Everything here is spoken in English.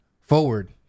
forward